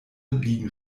liegen